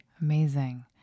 Amazing